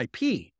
IP